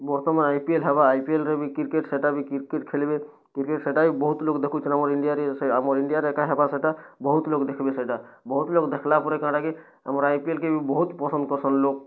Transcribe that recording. ବର୍ତ୍ତମାନ୍ IPL ହେବା IPL ରେ ବି କ୍ରିକେଟ୍ ସେଟା ବି କ୍ରିକେଟ୍ ଖେଲ୍ବେ କ୍ରିକେଟ୍ ସେଟା ବି ବହୁତ୍ ଲୋକ୍ ଦେଖୁଛନ୍ ଆମର୍ ଇଣ୍ଡିଆରେ ସେ ଆମର୍ ଇଣ୍ଡିଆରେ ଏକା ହେବା ସେଟା ବହୁତ୍ ଲୋକ୍ ଦେଖ୍ବେ ସେଟା ବହୁତ୍ ଲୋକ୍ ଦେଖ୍ଲା ପରେ କା'ଣାଟା କି ଆମର୍ ଆଇ ପି ଏଲ୍ କେ ବି ବହୁତ୍ ପସନ୍ଦ୍ କର୍ସନ୍ ଲୋକ୍